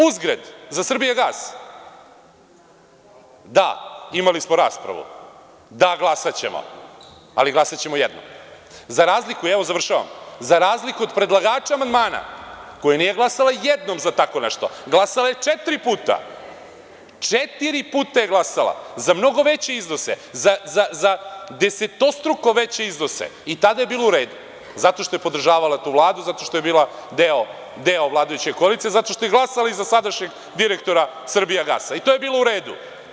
Uzgred, za „Srbijagas“, da, imali smo raspravu, da glasaćemo, ali glasaćemo jednom za razliku, završavam, od predlagača amandmana koja nije glasala jednom za tako nešto, glasala je četiri puta je glasala za mnogo veće iznose, za desetostruko veće iznose i tada je bilo u redu zato što je podržavala u Vladu, zato što je bila deo vladajuće koalicije, zato što je glasala i za sadašnjeg direktora „Srbijagasa“ i to je bilo u redu.